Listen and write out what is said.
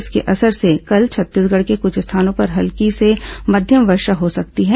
इसके असर से कल छत्तीसगढ़ के कुछ स्थानों पर हल्की से मध्यम वर्षा हो सकती है